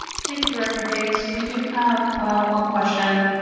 thank you, director hayes. we do have one question.